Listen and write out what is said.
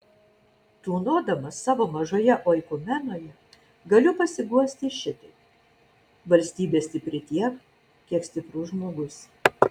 tūnodamas savo mažoje oikumenoje galiu pasiguosti šitaip valstybė stipri tiek kiek stiprus žmogus